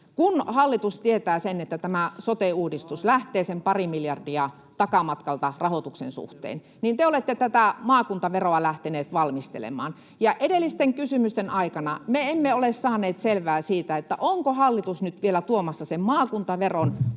kun hallitus tietää sen, että tämä sote-uudistus lähtee rahoituksen suhteen sen pari miljardia takamatkalta, niin te olette tätä maakuntaveroa lähteneet valmistelemaan. Edellisten kysymysten aikana me emme ole saaneet selvää siitä, onko hallitus nyt vielä tuomassa sen maakuntaveron